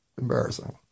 embarrassing